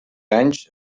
anys